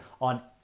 on